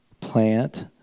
plant